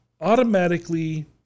automatically